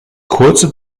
kurze